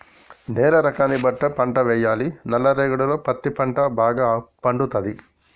నేల రకాన్ని బట్టి పంట వేయాలి నల్ల రేగడిలో పత్తి పంట భాగ పండుతది